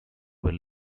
were